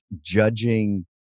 judging